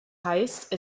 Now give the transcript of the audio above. heißt